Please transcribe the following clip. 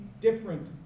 different